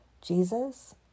Jesus